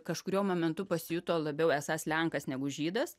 kažkuriuo momentu pasijuto labiau esąs lenkas negu žydas